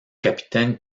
capitaines